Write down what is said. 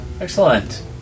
Excellent